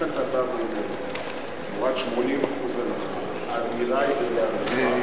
אם אתה אומר שתמורת 80% הנחה הדירה בבעלותך,